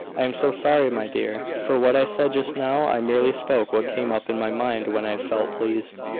i am so sorry, my dear, for what i said just now. i merely spoke what came up in my mind when i felt pleased,